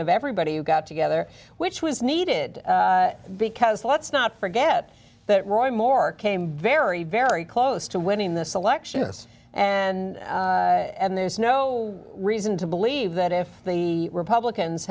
of everybody who got together which was needed because let's not forget that roy moore came very very close to winning this election this and and there's no reason to believe that if the republicans